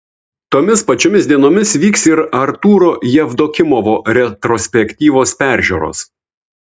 tomis pačiomis dienomis vyks ir artūro jevdokimovo retrospektyvos peržiūros